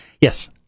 Yes